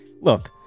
Look